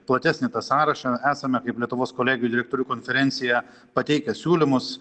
platesnį tą sąrašą esame kaip lietuvos kolegijų direktorių konferencija pateikę siūlymus